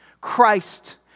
Christ